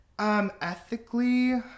Ethically